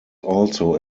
also